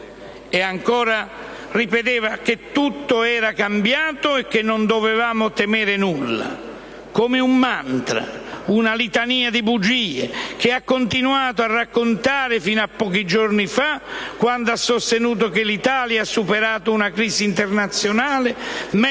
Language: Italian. ancora che tutto era cambiato e che non dovevamo temere nulla, come un mantra, una litania di bugie che ha continuato a raccontare fino a pochi giorni fa, quando ha sostenuto che l'Italia ha superato una crisi internazionale